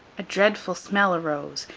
a dreadful smell arose,